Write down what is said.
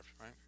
right